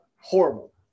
horrible